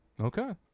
Okay